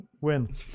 win